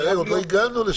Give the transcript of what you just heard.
עוד לא הגענו לשם.